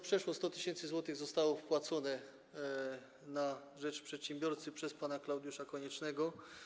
Przeszło 100 tys. zostało wpłaconych na rzecz przedsiębiorcy przez pana Klaudiusza Koniecznego.